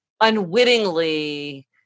unwittingly